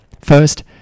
First